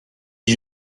qui